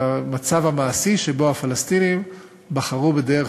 המצב המעשי שבו הפלסטינים בחרו בדרך